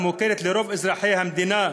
המוכרת לרוב אזרחי המדינה,